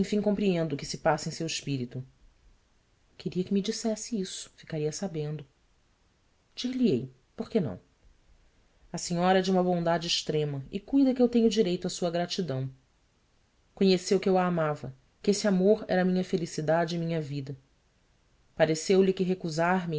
compreendo o que se passa em seu espírito ueria que me dissesse isso ficaria sabendo ir lhe ei por que não a senhora é de uma bondade extrema e cuida que eu tenho direito à sua gratidão conheceu que eu a amava que esse amor era minha felicidade e minha vida pareceu-lhe que recusarme